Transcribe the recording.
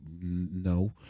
No